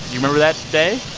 remember that day?